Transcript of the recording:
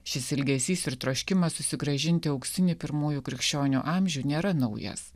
šis ilgesys ir troškimas susigrąžinti auksinį pirmųjų krikščionių amžių nėra naujas